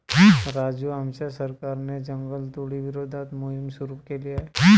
राजू आमच्या सरकारने जंगलतोडी विरोधात मोहिम सुरू केली आहे